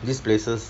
these places